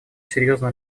серьезно